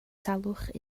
salwch